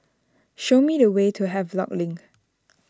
show me the way to Havelock Link